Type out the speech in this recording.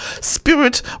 spirit